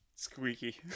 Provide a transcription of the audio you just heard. Squeaky